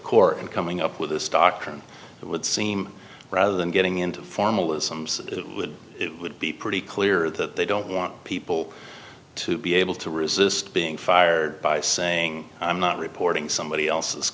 court and coming up with this doctrine it would seem rather than getting into formalisms it would it would be pretty clear that they don't want people to be able to resist being fired by saying i'm not reporting somebody else's